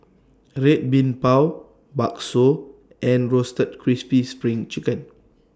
Red Bean Bao Bakso and Roasted Crispy SPRING Chicken